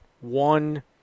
one